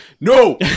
no